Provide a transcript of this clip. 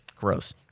gross